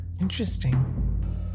Interesting